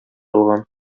алган